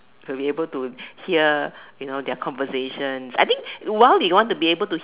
can be able to hear you know their conversations I think while you want to be able to